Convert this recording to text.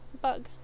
bug